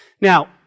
Now